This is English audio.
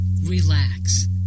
relax